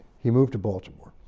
he moved to baltimore.